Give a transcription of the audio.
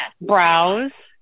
Browse